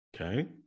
okay